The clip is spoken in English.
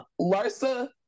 Larsa